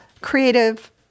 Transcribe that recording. creative